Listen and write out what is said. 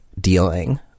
dealing